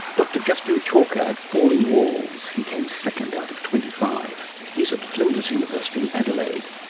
dr justin chalker at falling walls. he came second out of twenty five. he's at flinders university in adelaide